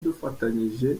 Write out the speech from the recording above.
dufatanyije